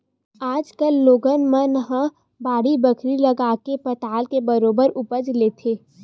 आज कल लोगन मन ह बाड़ी बखरी लगाके पताल के बरोबर उपज लेथे